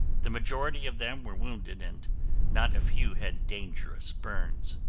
the majority of them were wounded and not a few had dangerous burns.